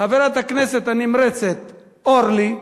חברת הכנסת הנמרצת אורלי,